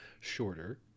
shorter